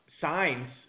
signs